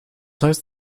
heißt